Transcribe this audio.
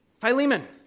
Philemon